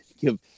give